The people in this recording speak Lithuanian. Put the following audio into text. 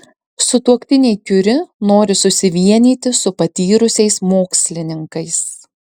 sutuoktiniai kiuri nori susivienyti su patyrusiais mokslininkais